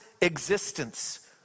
existence